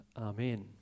Amen